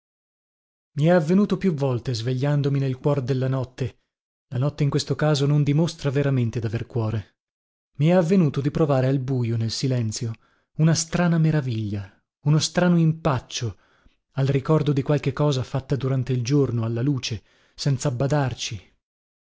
i è avvenuto più volte svegliandomi nel cuor della notte la notte in questo caso non dimostra veramente daver cuore mi è avvenuto di provare al bujo nel silenzio una strana meraviglia uno strano impaccio al ricordo di qualche cosa fatta durante il giorno alla luce senzabbadarci